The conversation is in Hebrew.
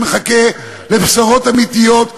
שמחכה לבשורות אמיתיות,